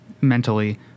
mentally